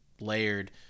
layered